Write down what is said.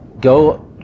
go